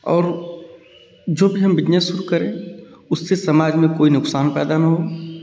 और जो भी हम बिजनेस शुरू करें उससे समाज में कोई नुक़सान पैदा ना हो